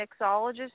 mixologist